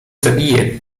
zabije